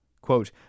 Quote